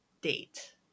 date